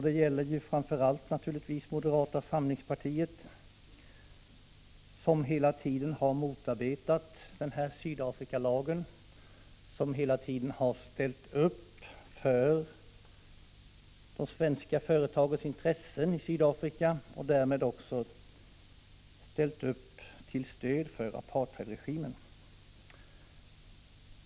Det gäller naturligtvis framför allt moderata samlingspartiet, som hela tiden har motarbetat Sydafrikalagen och hela tiden har ställt upp för de svenska företagens intressen i Sydafrika och därmed också ställt upp till stöd för apartheidregimen.